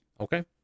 Okay